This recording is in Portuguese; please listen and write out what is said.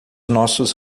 nossos